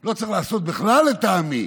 לא צריך לעשות בכלל, לטעמי,